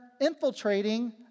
infiltrating